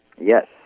Yes